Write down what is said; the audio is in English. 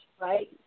right